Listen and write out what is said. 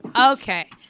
Okay